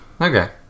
Okay